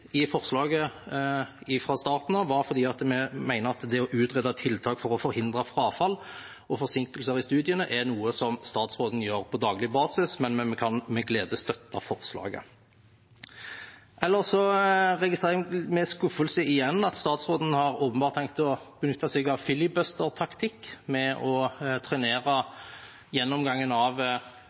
i forslaget fra starten av, var at vi mener at det å utrede tiltak for å forhindre frafall og forsinkelser i studiene er noe statsråden gjør på daglig basis. Men vi kan med glede støtte forslaget. Ellers så registrerer jeg med skuffelse igjen at statsråden åpenbart har tenkt å benytte seg av filibustertaktikk ved å trenere gjennomgangen av